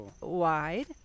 wide